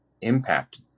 impact